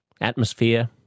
atmosphere